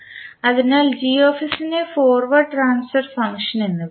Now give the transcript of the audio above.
അതിനാൽ നെ forward transfer function എന്ന് വിളിക്കുന്നു